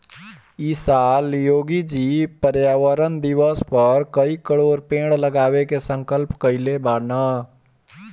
इ साल योगी जी पर्यावरण दिवस पअ कई करोड़ पेड़ लगावे के संकल्प कइले बानअ